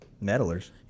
meddlers